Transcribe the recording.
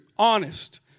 Honest